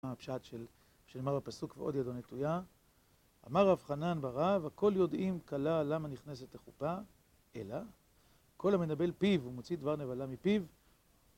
מה הפשט של מר בפסוק ועוד ידו נטויה? אמר רב חנן בר רב הכל יודעים כלה למה נכנסת לחופה, אלא כל המנבל פיו ומוציא דבר נבלה מפיו